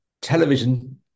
television